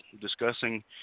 discussing